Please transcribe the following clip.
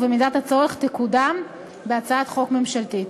ובמידת הצורך תקודם בהצעת חוק ממשלתית.